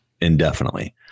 indefinitely